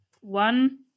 one